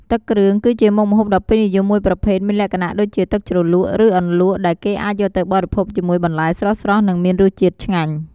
ទឹកគ្រឿង គឺជាមុខម្ហូបដ៏ពេញនិយមមួយប្រភេទមានលក្ខណៈដូចជាទឹកជ្រលក់ ឬអន្លក់ ដែលគេអាចយកទៅបរិភោគជាមួយបន្លែស្រស់ៗ និងមានរសជាតិឆ្ងាញ់។